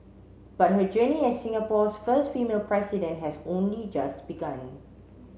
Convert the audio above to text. but her journey as Singapore's first female president has only just begun